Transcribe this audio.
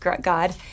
God